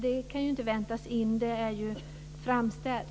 Det kan ju inte väntas in, det är ju framställt.